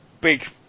big